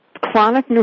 chronic